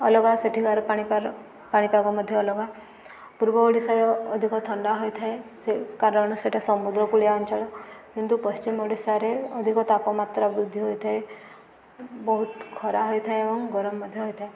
ଅଲଗା ସେଠିକାର ପାଣିପାଗ ମଧ୍ୟ ଅଲଗା ପୂର୍ବ ଓଡ଼ିଶାରେ ଅଧିକ ଥଣ୍ଡା ହୋଇଥାଏ ସେ କାରଣ ସେଟା ସମୁଦ୍ର କୂଳିଆ ଅଞ୍ଚଳ କିନ୍ତୁ ପଶ୍ଚିମ ଓଡ଼ିଶାରେ ଅଧିକ ତାପମାତ୍ରା ବୃଦ୍ଧି ହୋଇଥାଏ ବହୁତ ଖରା ହୋଇଥାଏ ଏବଂ ଗରମ ମଧ୍ୟ ହୋଇଥାଏ